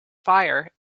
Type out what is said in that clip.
fire